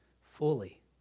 fully